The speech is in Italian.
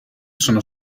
sono